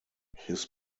his